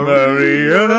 Maria